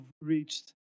reached